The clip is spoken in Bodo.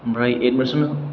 ओमफ्राय एदमिसन